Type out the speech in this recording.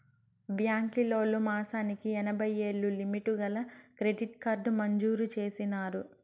బాంకీలోల్లు మాసానికి ఎనభైయ్యేలు లిమిటు గల క్రెడిట్ కార్డు మంజూరు చేసినారు